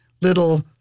little